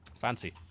Fancy